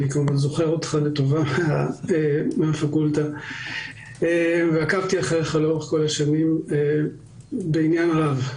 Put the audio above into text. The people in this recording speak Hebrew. אני זוכר אותך לטובה מהפקולטה ועקבתי אחריך לאורך השנים בעניין רב.